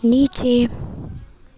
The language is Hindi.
नीचे